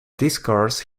discourse